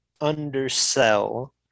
undersell